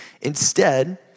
Instead